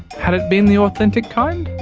had it been the authentic kind?